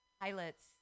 pilots